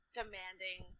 demanding